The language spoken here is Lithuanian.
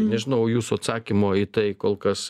nežinau jūsų atsakymo į tai kol kas